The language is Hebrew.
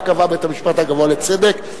וכך קבע בית-המשפט הגבוה לצדק,